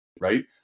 right